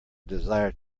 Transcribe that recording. desire